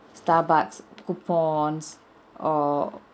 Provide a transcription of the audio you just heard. starbucks coupons or